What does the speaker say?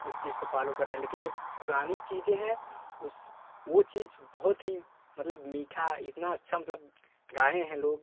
उस चीज को फॉलो कर रहे हैं लेकिन जो पुरानी चीज़ें हैं उस वो चीज़ बहुत ही मतलब मीठा इतना अच्छा मतलब गाएँ हैं लोग